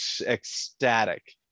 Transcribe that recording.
ecstatic